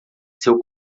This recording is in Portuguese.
seu